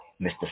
Mr